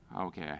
Okay